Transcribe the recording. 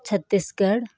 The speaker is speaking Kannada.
ಛತ್ತೀಸ್ಗಢ್